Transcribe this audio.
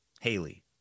Haley